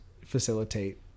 facilitate